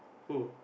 who